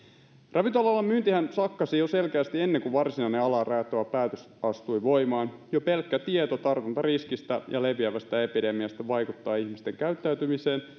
ravintola alallahan myynti sakkasi jo selkeästi ennen kuin varsinainen alaa rajoittava päätös astui voimaan jo pelkkä tieto tartuntariskistä ja leviävästä epidemiasta vaikuttaa ihmisten käyttäytymiseen